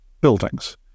buildings